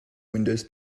windows